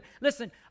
Listen